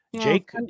Jake